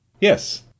Yes